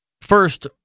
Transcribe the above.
first